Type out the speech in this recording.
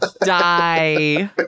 die